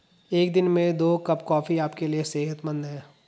एक दिन में दो कप कॉफी आपके लिए सेहतमंद है